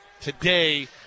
today